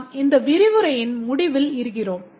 நாம் இந்த விரிவுரையின் முடிவில் இருக்கின்றோம்